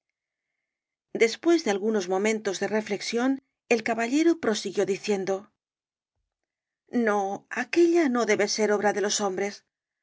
después de algunos momentos de reflexión el caballero prosiguió diciendo no aquélla no debe ser obra de los hombres